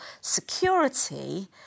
security